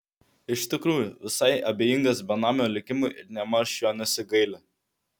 iš tikrųjų visai abejingas benamio likimui ir nėmaž jo nesigaili